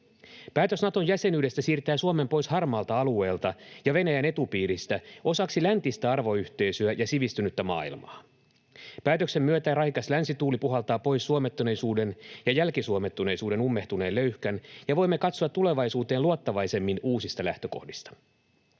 Päätös Naton jäsenyydestä siirtää Suomen pois harmaalta alueelta ja Venäjän etupiiristä osaksi läntistä arvoyhteisöä ja sivistynyttä maailmaa. Päätöksen myötä raikas länsituuli puhaltaa pois suomettuneisuuden ja jälkisuomettuneisuuden ummehtuneen löyhkän, ja voimme katsoa tulevaisuuteen luottavaisemmin uusista lähtökohdista.